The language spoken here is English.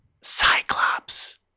Cyclops